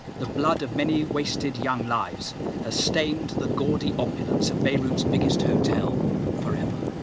the blood of many wasted young lives has stained the gaudy opulence of beirut's biggest hotel forever